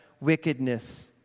wickedness